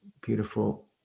beautiful